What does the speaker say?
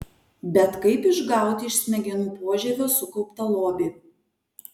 bet kaip išgauti iš smegenų požievio sukauptą lobį